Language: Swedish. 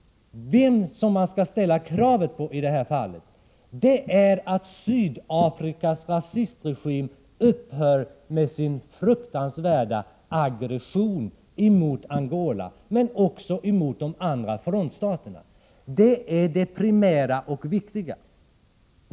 Det krav man skall ställa i detta sammanhang är att Sydafrikas rasistregim upphör med sin fruktansvärda aggression emot Angola, men också emot de andra frontstaterna. Det är det primära och viktiga.